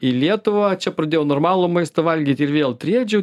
į lietuvą čia pradėjau normalų maistą valgyt ir vėl triedžiau